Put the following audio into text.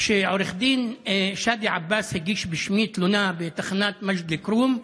כשעו"ד שאדי עבאס הגיש בשמי תלונה בתחנת מג'ד אל-כרום,